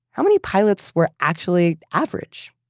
how many pilots were actually average?